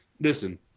Listen